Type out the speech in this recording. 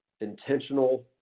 intentional